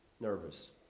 nervous